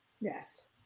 yes